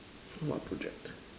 what project